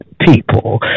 people